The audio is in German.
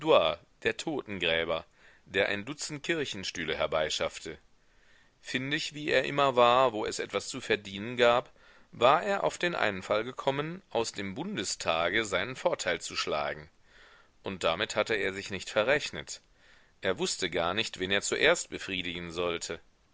der totengräber der ein dutzend kirchenstühle herbeischaffte findig wie er immer war wo es etwas zu verdienen gab war er auf den einfall gekommen aus dem bundestage seinen vorteil zu schlagen und damit hatte er sich nicht verrechnet er wußte gar nicht wen er zuerst befriedigen sollte